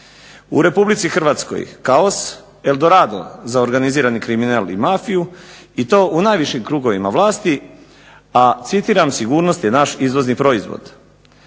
U RH kaos El Dorado za organizirani kriminal i mafiju i to u najvišim krugovima vlasti, a citiram: "Sigurnost je naš izvozni proizvod"